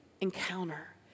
encounter